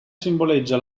simboleggia